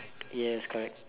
yes correct